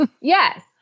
Yes